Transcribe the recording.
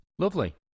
Lovely